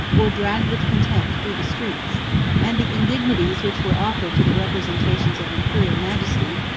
or dragged with contempt through the streets and the indignities which were offered to the representations of imperial majesty,